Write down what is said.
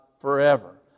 forever